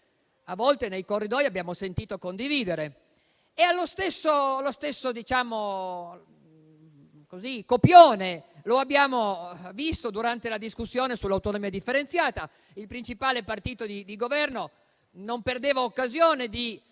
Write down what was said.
a volte nei corridoi abbiamo sentito condividere. Lo stesso copione lo abbiamo visto durante la discussione sull'autonomia differenziata: il principale partito di Governo non perdeva occasione di